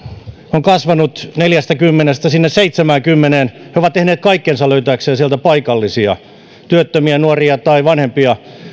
on kasvanut neljästäkymmenestä sinne seitsemäänkymmeneen he ovat tehneet kaikkensa löytääkseen sieltä paikallisia työttömiä nuoria tai vanhempia